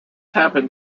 happened